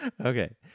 Okay